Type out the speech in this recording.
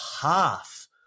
half